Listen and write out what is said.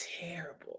terrible